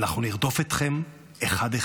אנחנו נרדוף אתכם אחד-אחד.